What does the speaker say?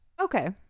Okay